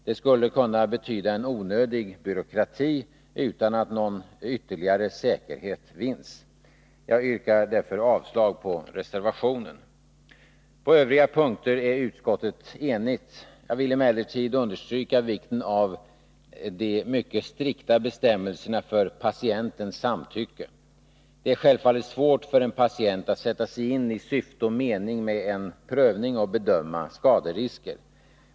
Det skulle kunna betyda onödig byråkrati utan att någon ytterligare säkerhet vinns. Jag yrkar därför avslag på reservationen. På övriga punkter är utskottet enigt. Jag vill emellertid understryka vikten av de mycket strikta bestämmelserna för patientens samtycke. Det är självfallet svårt för en patient att sätta sig in i syfte och mening med en prövning och bedöma skaderisker.